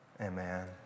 Amen